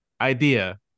idea